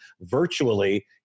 virtually